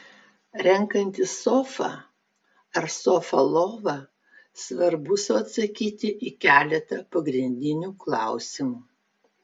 renkantis sofą ar sofą lovą svarbu sau atsakyti į keletą pagrindinių klausimų